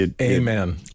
Amen